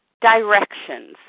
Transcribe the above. directions